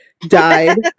died